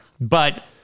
but-